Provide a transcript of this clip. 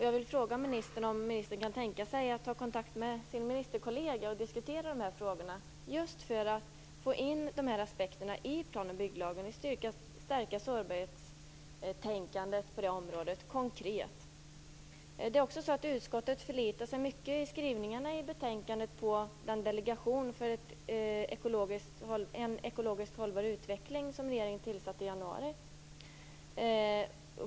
Jag vill fråga ministern om han kan tänka sig att ta kontakt med sin ministerkollega och diskutera dessa frågor, just för att få in dessa aspekter i plan och bygglagen och konkret stärka sårbarhetstänkandet på det området. I betänkandets skrivningar förlitar sig utskottet mycket på den delegation för en ekologiskt hållbar utveckling som regeringen tillsatte i januari.